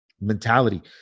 Mentality